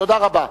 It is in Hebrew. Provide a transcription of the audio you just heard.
תודה רבה.